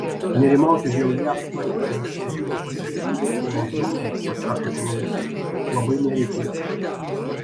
nerimauti dėl jav patiriamų sunkumų pasekmių euro zonai pasak ekonomisto labai nereikėtų